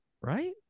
right